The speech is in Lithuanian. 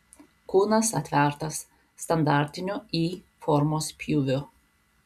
kūnas atvertas standartiniu y formos pjūviu